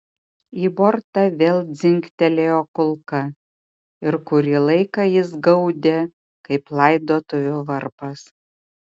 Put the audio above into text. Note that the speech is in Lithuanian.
į bortą vėl dzingtelėjo kulka ir kurį laiką jis gaudė kaip laidotuvių varpas